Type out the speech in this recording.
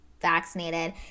vaccinated